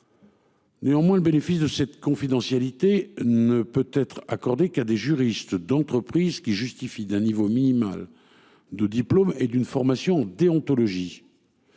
Néanmoins le bénéfice de cette confidentialité ne peut être accordé qu'à des juristes d'entreprises qui justifie d'un niveau minimal. De diplômes et d'une formation déontologie.